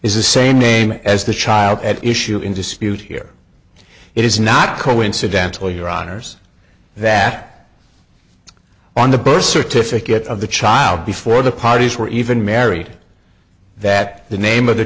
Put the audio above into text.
is the same name as the child at issue in dispute here it is not coincidentally your honour's that on the birth certificate of the child before the parties were even married that the name of the